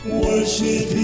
worship